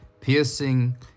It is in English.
piercing